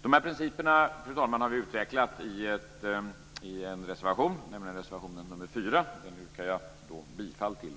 Dessa principer har vi utvecklat i en reservation, nämligen reservation nr 4 som jag härmed yrkar bifall till.